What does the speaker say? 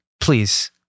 please